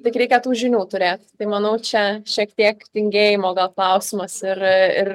tik reikia tų žinių turėt tai manau čia šiek tiek tingėjimo gal klausimas ir ir